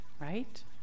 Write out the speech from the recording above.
right